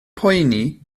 poeni